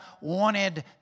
wanted